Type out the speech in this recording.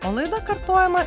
o laida kartojama